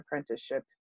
apprenticeship